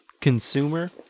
Consumer